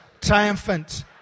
triumphant